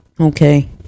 Okay